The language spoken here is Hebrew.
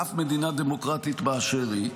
באף מדינה דמוקרטית באשר היא.